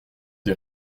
des